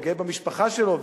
וגאה במשפחה שלו,